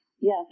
yes